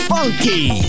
Funky